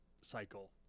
cycle